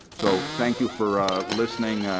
so thank you for listening.